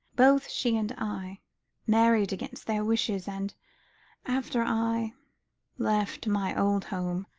both she and i married against their wishes, and after i left my old home,